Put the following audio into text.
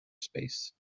space